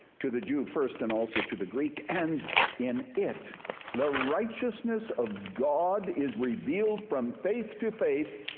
to the jew first and also to the greek. and in it the righteousness of god is revealed from faith to faith.